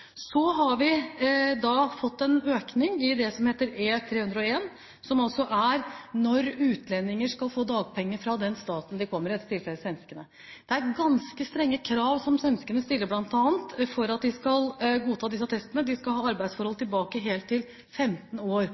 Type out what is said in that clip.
Så har vi fått en økning knyttet til attest E-301, som altså gjelder utlendinger – i dette tilfellet svensker – som skal få dagpenger fra den staten de kommer fra. Svenskene stiller ganske strenge krav for å godta disse attestene. De skal ha opplysninger om arbeidsforhold 15 år